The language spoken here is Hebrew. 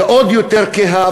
ועוד יותר כהה,